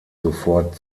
sofort